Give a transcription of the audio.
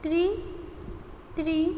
three three